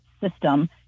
system